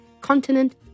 continent